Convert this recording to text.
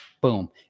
boom